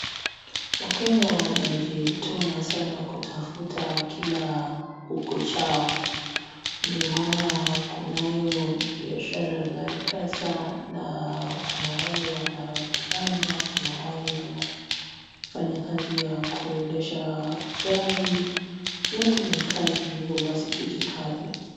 Wakenya wanajituma sana kutafuta kila kuku chao. Ndio maana kunayo biashara za Mpesa na kuna wale wana vibanda, kuna wale wanaofanya kazi ya kuendesha gari. Yote ni kazi hivyo basi tujikaze.